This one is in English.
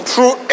True